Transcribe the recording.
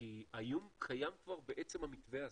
כי האיום קיים כבר בעצם המתווה הזה.